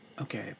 Okay